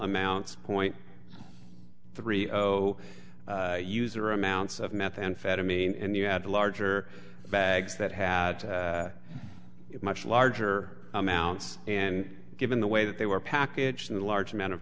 amounts point three zero user amounts of methamphetamine and you had larger bags that had much larger amounts and given the way that they were packaged in the large amount of